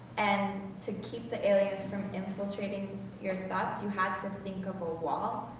and to keep the aliens from infiltrating your thoughts, you had to think of a wall,